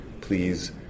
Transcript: please